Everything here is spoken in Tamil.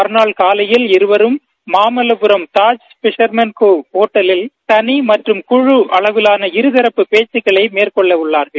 மறுநாள் காலையில் இருவரும் மாமல்வராம் தாஜ் பிஷர்மேன் கோவ் ஹோட்டலில் தனித்தனி மற்றும் குழு அளவிலான இருதரப்பு பேச்சுக்களை மேற்கொள்ளவுள்ளார்கள்